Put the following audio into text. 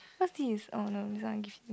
what's this oh no this one I give